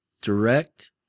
direct